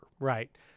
Right